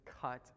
cut